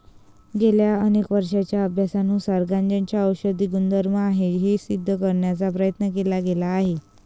गेल्या अनेक वर्षांच्या अभ्यासानुसार गांजामध्ये औषधी गुणधर्म आहेत हे सिद्ध करण्याचा प्रयत्न केला गेला आहे